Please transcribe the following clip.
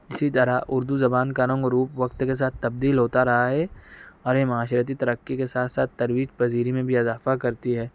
اسی طرح اردو زبان کا رنگ روپ وقت کے ساتھ تبدیل ہوتا رہا ہے اور یہ معاشرتی ترقی کے ساتھ ساتھ ترویج پذیری میں بھی اضافہ کرتی ہے